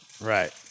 Right